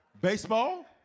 Baseball